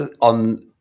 on